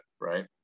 right